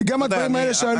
אין בעיה.